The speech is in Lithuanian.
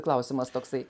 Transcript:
klausimas toksai